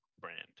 brand